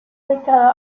ubicado